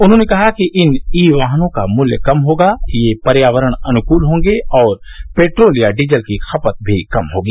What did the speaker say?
उन्होंने कहा कि इन ई वाहनों का मूल्य कम होगा ये पर्यावरण अनुकूल होंगे और पेट्रोल या डीजल की खप्त भी कम होगी